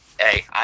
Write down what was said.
Hey